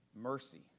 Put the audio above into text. mercy